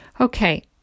Okay